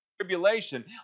tribulation